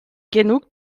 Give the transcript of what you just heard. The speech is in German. genug